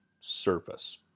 surface